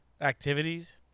activities